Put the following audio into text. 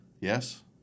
Yes